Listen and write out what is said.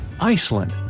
Iceland